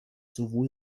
sowohl